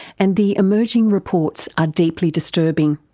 and the emerging reports are deeply disturbing.